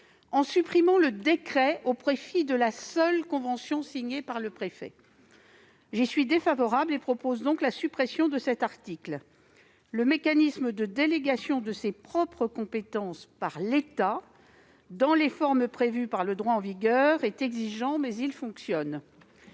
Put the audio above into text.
en supprimant le décret au profit de la seule convention signée par le préfet. J'y suis défavorable, et propose donc la suppression de cet article. Le mécanisme de délégation de ses propres compétences par l'État, dans les formes prévues par le droit en vigueur, est exigeant mais il fonctionne.